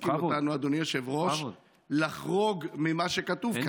יסכים איתנו היושב-ראש, לחרוג ממה שכתוב כאן.